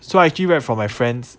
so I actually read from my friends